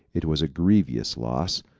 it was a grievous loss,